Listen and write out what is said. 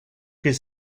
his